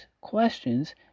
questions